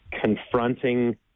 confronting